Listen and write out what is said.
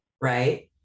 right